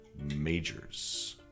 majors